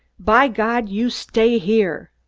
by god! you stay here!